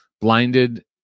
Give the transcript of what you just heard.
blinded